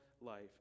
life